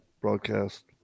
broadcast